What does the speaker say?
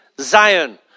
Zion